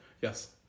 Yes